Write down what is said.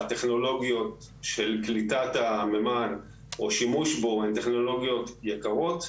הטכנולוגיות של קליטת המימן או שימוש בו הן יקרות,